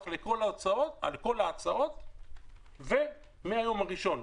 לכל ההוצאות על כל ההצעות מהיום הראשון.